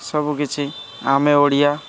ସବୁକିଛି ଆମେ ଓଡ଼ିଆ